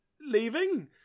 leaving